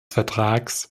vertrags